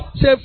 Say